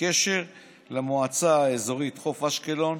בקשר למועצה האזורית חוף אשקלון,